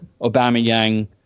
Obama-Yang